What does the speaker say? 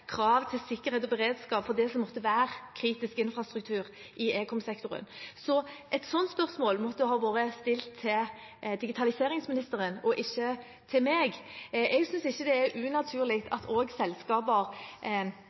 krav til sikkerhet og beredskap for det som måtte være kritisk infrastruktur i ekomsektoren. Et sånt spørsmål måtte ha vært stilt til digitaliseringsministeren og ikke til meg. Jeg synes ikke det er unaturlig